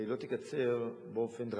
אבל היא לא תקצר באופן דרמטי,